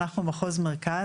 אנחנו מחוז מרכז,